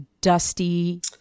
dusty